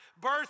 Birth